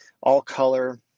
all-color